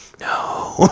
No